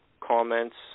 comments